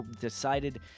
decided